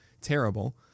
Terrible